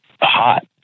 hot